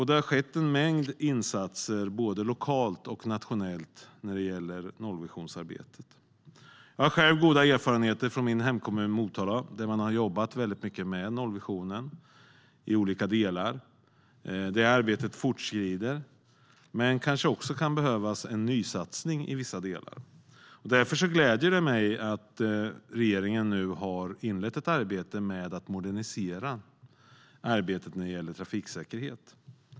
Det har skett en mängd insatser både lokalt och nationellt när det gäller nollvisionsarbetet. Jag har själv goda erfarenheter från min hemkommun Motala, där man har jobbat väldigt mycket med nollvisionen. Det arbetet fortskrider. Men det kanske kan behövas en nysatsning i vissa delar. Därför gläder det mig att regeringen nu har inlett ett arbete med att modernisera arbetet när det gäller trafiksäkerhet.